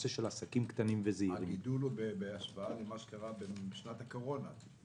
הגידול הוא בהשוואה למה שקרה בשנת הקורונה.